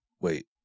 wait